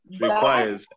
requires